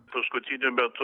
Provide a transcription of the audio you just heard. paskutiniu metu